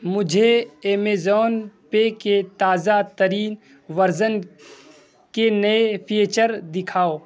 مجھے Amazon Pay کے تازہ ترین ورژن کے نئے فیچر دکھاؤ